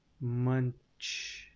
Munch